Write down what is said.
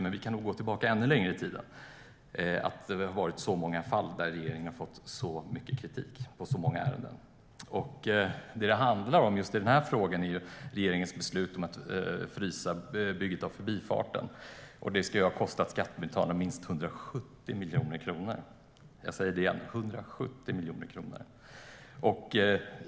Men vi kan nog gå tillbaka ännu längre i tiden utan att hitta så många fall där regeringen har fått så mycket kritik i så många ärenden. Det som det handlar om i just denna fråga är regeringens beslut att frysa bygget av Förbifarten. Det ska ha kostat skattebetalarna minst 170 miljoner kronor. Jag säger det igen: 170 miljoner kronor.